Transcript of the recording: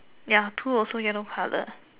ya two also yellow colour